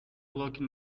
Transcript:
blocking